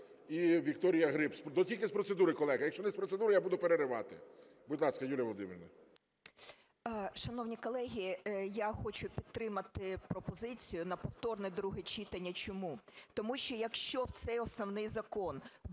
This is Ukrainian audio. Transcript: І Вікторія Гриб. Ну тільки з процедури, колеги. Якщо не з процедури, я буду переривати. Будь ласка, Юлія Володимирівна. 13:48:35 ТИМОШЕНКО Ю.В. Шановні колеги, я хочу підтримати пропозицію на повторне друге читання, чому? Тому що, якщо в цей основний закон